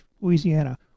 Louisiana